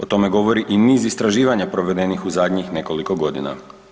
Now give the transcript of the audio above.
O tome govori i niz istraživanja provedenih u zadnjih nekoliko godina.